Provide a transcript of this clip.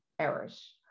errors